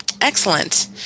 Excellent